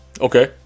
Okay